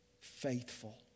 faithful